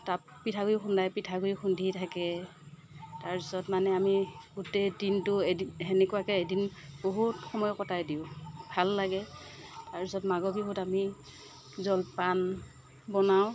তাপ পিঠাগুৰি খুন্দাই পিঠাগুৰি খুন্দি থাকে তাৰ পিছত মানে আমি গোটেই দিনটো এদি সেনেকুৱাকৈ এদিন বহুত সময় কটাই দিওঁ ভাল লাগে আৰু তাৰ পিছত মাঘৰ বিহুত আমি জলপান বনাওঁ